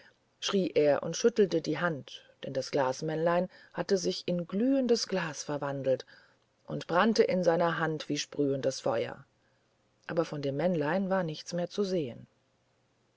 schrie er und schüttelte die hand denn das waldmännchen hatte sich in glühendes glas verwandelt und brannte in seiner hand wie sprühendes feuer aber von dem männlein war nichts mehr zu sehen